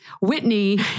Whitney